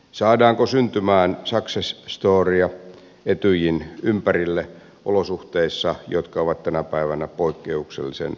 saammeko syntymään success storya etyjin ympärille olosuhteissa jotka ovat tänä päivänä poikkeuksellisen vaativat